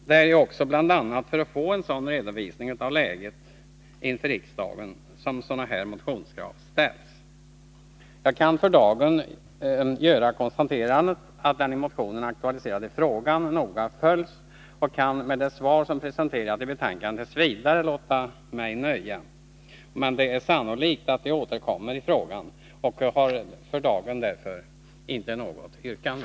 Det är också bl.a. för att få en sådan redovisning av läget inför riksdagen som sådana här motionskrav ställs. Jag kan för dagen göra konstaterandet att den i motionen aktualiserade frågan noga följs, och jag kan med de svar som presenterats i betänkandet låta mig nöja t. v. Men det är sannolikt att vi återkommer i frågan, och jag har därför för dagen inte något yrkande.